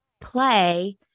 play